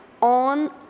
on